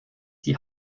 die